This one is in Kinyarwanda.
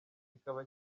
kikaba